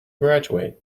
graduate